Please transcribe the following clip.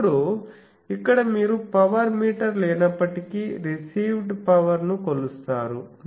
ఇప్పుడు ఇక్కడ మీరు పవర్ మీటర్ లేనప్పటికీ రిసీవ్డ్ పవర్ ని కొలుస్తారు